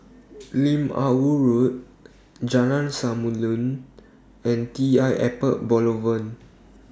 Lim Ah Woo Road Jalan Samulun and T L Airport Boulevard